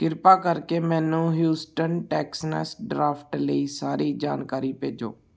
ਕਿਰਪਾ ਕਰਕੇ ਮੈਨੂੰ ਹਿਊਸਟਨ ਟੈਕਸਨੈਸ ਡਰਾਫਟ ਲਈ ਸਾਰੀ ਜਾਣਕਾਰੀ ਭੇਜੋ